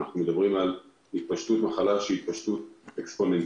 אנחנו מדברים על התפשטות מחלה שהיא התפשטות אקספוננציאלית,